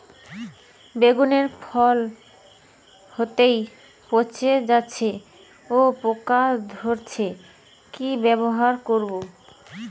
বেগুনের ফল হতেই পচে যাচ্ছে ও পোকা ধরছে কি ব্যবহার করব?